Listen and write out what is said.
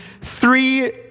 three